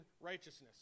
righteousness